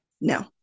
No